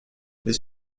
les